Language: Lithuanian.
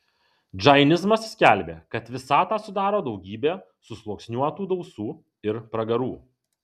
džainizmas skelbė kad visatą sudaro daugybė susluoksniuotų dausų ir pragarų